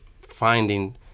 finding